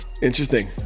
Interesting